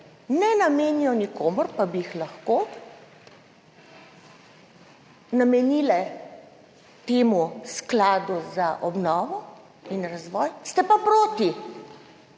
ne namenijo nikomur, pa bi jih lahko, namenili temu Skladu za obnovo in razvoj, ste pa proti.